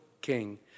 king